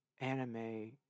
anime